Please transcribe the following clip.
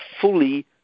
fully